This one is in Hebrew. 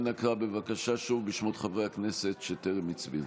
אנא קרא בבקשה שוב בשמות חברי הכנסת שטרם הצביעו.